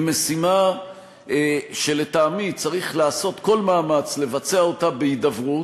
היא משימה שלטעמי צריך לעשות כל מאמץ לבצע אותה בהידברות,